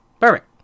Perfect